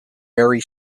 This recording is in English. very